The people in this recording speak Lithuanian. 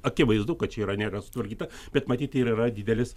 akivaizdu kad čia yra nėra sutvarkyta bet matyt ir yra didelis